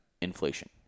Inflation